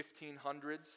1500s